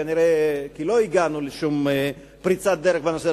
כנראה כי לא הגענו לשום פריצת דרך בנושא,